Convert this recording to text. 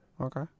Okay